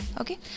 okay